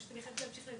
פשוט אני חייבת להמשיך.